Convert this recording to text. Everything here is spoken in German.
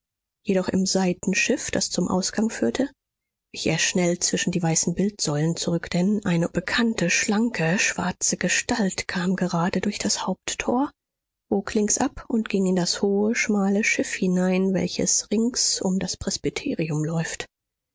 jedoch im seitenschiff das zum ausgang führte wich er schnell zwischen die weißen bildsäulen zurück denn eine bekannte schlanke schwarze gestalt kam gerade durch das haupttor bog links ab und ging in das hohe schmale schiff hinein welches rings um das presbyterium läuft